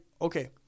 okay